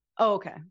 Okay